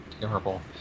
terrible